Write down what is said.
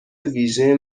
ویژه